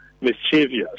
mischievous